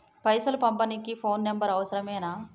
పైసలు పంపనీకి phone number అవసరమేనా?